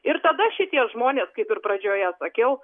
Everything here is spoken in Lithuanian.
ir tada šitie žmonės kaip ir pradžioje sakiau